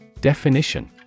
Definition